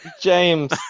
James